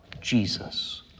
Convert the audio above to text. Jesus